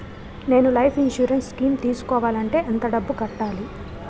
నేను life insurance scheme తీసుకోవాలంటే ఎంత డబ్బు కట్టాలి?